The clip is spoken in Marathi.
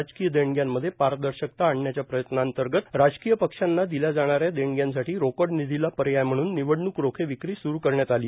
राजकीय देणग्यांमध्ये पारदर्शकता आणण्याच्या प्रयत्नांअंतर्गत राजकीय पक्षांना दिल्या जाणाऱ्या देणग्यांसाठी रोकड निधीलां पर्याय म्हणून निवडणूक रोखे विक्री स्रु करण्यात आली